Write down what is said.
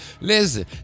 Listen